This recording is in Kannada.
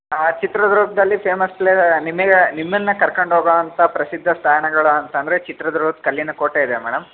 ಚಿತ್ರದುರ್ಗದಲ್ಲಿ ಫೇಮಸ್ ಲೇ ನಿಮಗೆ ನಿಮ್ಮನ್ನು ಕರ್ಕೊಂಡೋಗೋ ಅಂಥ ಪ್ರಸಿದ್ಧ ತಾಣಗಳು ಅಂತಂದರೆ ಚಿತ್ರದುರ್ಗದ ಕಲ್ಲಿನ ಕೋಟೆ ಇದೆ ಮೇಡಮ್